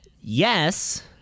yes